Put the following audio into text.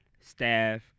staff